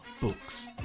books